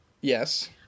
Yes